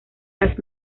las